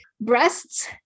Breasts